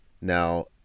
Now